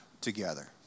together